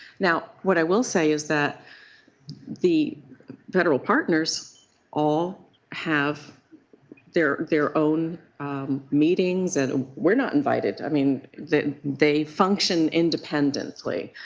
now, what i will say is that the federal partners all have their their own meetings. and we are not invited. i mean they function independently.